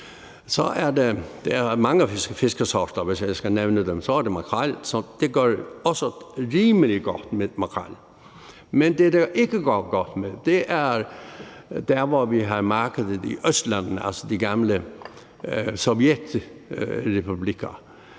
der er mange fiskesorter, og hvis jeg skal nævne dem, er der f.eks. makrel, og det går også rimelig godt med det. Men der, hvor det ikke går godt, er der, hvor vi havde markedet i østlandene, altså de gamle Sovjetrepublikker.